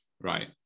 Right